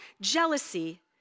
jealousy